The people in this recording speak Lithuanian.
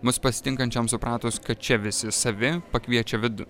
mus pasitinkančiam supratus kad čia visi savi pakviečia vidun